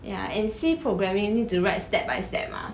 ya and C programming need to write step by step mah